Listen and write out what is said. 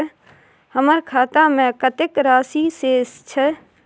हमर खाता में कतेक राशि शेस छै?